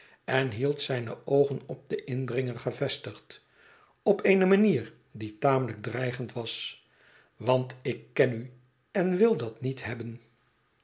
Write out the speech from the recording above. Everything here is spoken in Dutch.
en hield zijne oogen op den indringer gevestigd op eene manier die tamelijk dreigend was want ik ken u en wil dat niet hebben